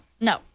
No